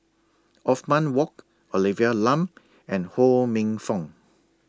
Othman Wok Olivia Lum and Ho Minfong